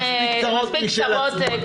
מספיק צרות משל עצמנו.